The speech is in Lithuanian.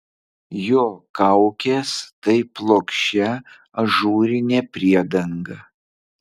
jo kaukės tai plokščia ažūrinė priedanga